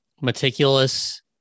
meticulous